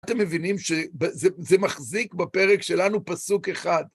אתם מבינים שזה מחזיק בפרק שלנו פסוק אחד.